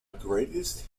greatest